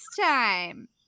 time